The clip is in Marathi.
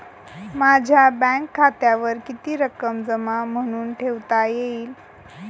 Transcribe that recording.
माझ्या बँक खात्यावर किती रक्कम जमा म्हणून ठेवता येईल?